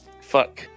fuck